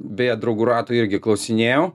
beje draugų rato irgi klausinėjau